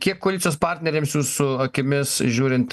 kiek koalicijos partneriams jūsų akimis žiūrint